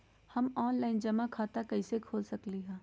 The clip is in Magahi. हम ऑनलाइन जमा खाता कईसे खोल सकली ह?